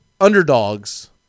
underdogs